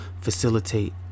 facilitate